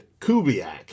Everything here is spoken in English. Kubiak